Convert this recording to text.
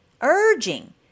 urging